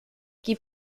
qui